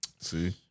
See